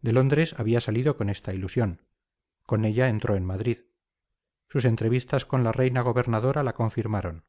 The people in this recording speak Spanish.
de londres había salido con esta ilusión con ella entró en madrid sus entrevistas con la reina gobernadora la confirmaron